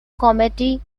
committee